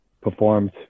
performed